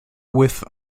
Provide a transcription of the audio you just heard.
with